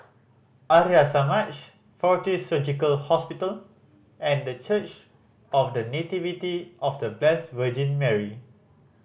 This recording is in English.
Arya Samaj Fortis Surgical Hospital and The Church of The Nativity of The Blessed Virgin Mary